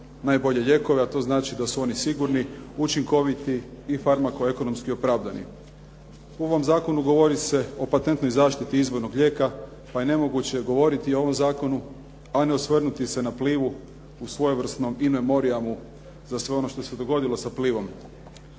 najbolje lijekove a to znači da su oni sigurni, učinkoviti i farmako ekonomski opravdani. U ovom zakonu govori se o patentnoj zaštiti izvornog lijeka pa je nemoguće govoriti o ovom zakonu a ne osvrnuti se na Plivu u svojevrsnom in memoriamu za sve ono što se dogodilo sa Plivom.